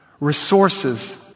Resources